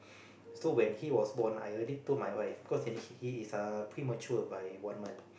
so when he was born I already told my wife cause he he is premature by one month